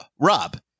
Rob